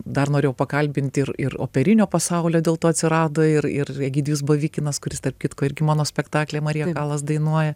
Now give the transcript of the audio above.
dar norėjau pakalbinti ir ir operinio pasaulio dėl to atsirado ir ir egidijus bavikinas kuris tarp kitko irgi mano spektaklyje marija kalas dainuoja